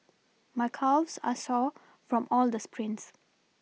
my calves are sore from all the sprints